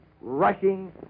rushing